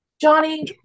Johnny